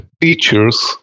features